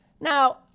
Now